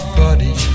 buddy